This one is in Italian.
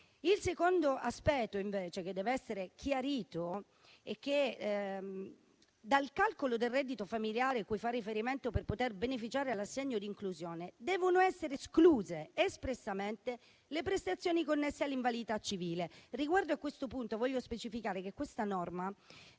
Il secondo aspetto che deve essere chiarito è che, dal calcolo del reddito familiare a cui far riferimento per poter beneficiare dell'assegno di inclusione, devono essere escluse espressamente le prestazioni connesse all'invalidità civile. Riguardo a questo punto, voglio specificare che il testo